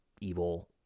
evil